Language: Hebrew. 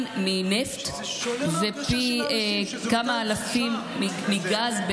ההסקה בעץ היא פי 200 מנפט ופי כמה אלפים מגז,